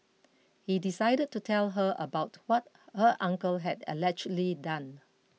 he decided to tell her about what her uncle had allegedly done